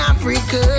Africa